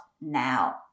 now